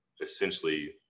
essentially